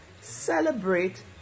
celebrate